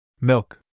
Milk